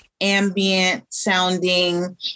ambient-sounding